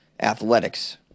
athletics